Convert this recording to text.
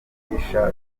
kuvugisha